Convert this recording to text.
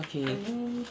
okay